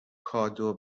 کادو